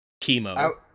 chemo